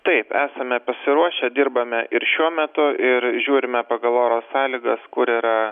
taip esame pasiruošę dirbame ir šiuo metu ir žiūrime pagal oro sąlygas kur yra